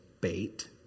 bait